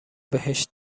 بهش